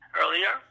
earlier